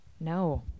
No